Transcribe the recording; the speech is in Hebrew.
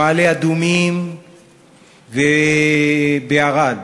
במעלה-אדומים ובערד,